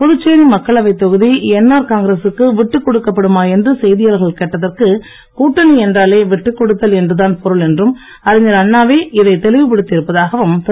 புதுச்சேரி மக்களவை தொகுதி என்ஆர் காங்கிரசுக்கு விட்டுக் கொடுக்கப்படுமா என்று செய்தியாளர்கள் கேட்டதற்கு கூட்டணி என்றாலே விட்டுக் கொடுத்தல் என்றுதான் பொருள் என்றும் அறிஞர் அண்ணாவே இதை தெளிவுடுத்தி இருப்பதாகவும் திரு